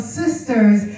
sisters